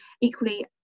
equally